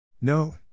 No